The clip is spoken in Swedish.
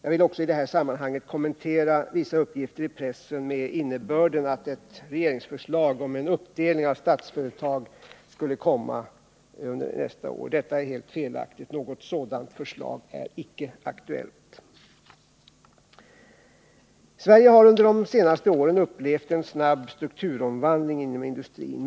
Jag vill i det här sammanhanget också kommentera vissa uppgifter i pressen med innebörden att ett regeringsförslag om en uppdelning av AB Statsföretag skulle komma nästa år. Detta är felaktigt. Något sådant förslag är inte aktuellt. Sverige har under de senaste tre åren upplevt en snabb strukturomvandling inom industrin.